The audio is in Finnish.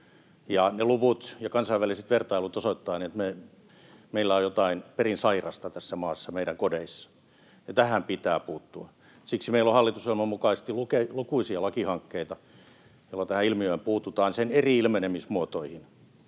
ne luvut ja kansainväliset vertailut osoittavat, että meillä on jotain perin sairasta tässä maassa, meidän kodeissa, ja tähän pitää puuttua. Siksi meillä on hallitusohjelman mukaisesti lukuisia lakihankkeita, joilla tähän ilmiöön puututaan, sen eri ilmenemismuotoihin,